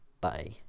bye